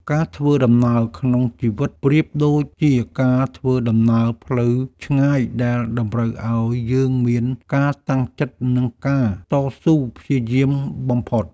ការធ្វើដំណើរក្នុងជីវិតប្រៀបដូចជាការធ្វើដំណើរផ្លូវឆ្ងាយដែលតម្រូវឱ្យយើងមានការតាំងចិត្តនិងការតស៊ូព្យាយាមបំផុត។